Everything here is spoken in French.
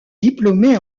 diplômé